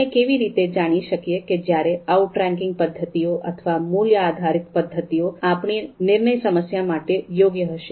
આપણે કેવી રીતે જાણી શકીએ કે જ્યારે આઉટરેન્કિંગ પદ્ધતિઓ અથવા મૂલ્ય આધારિત પદ્ધતિઓ આપણી નિર્ણય સમસ્યા માટે યોગ્ય હશે